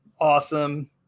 Awesome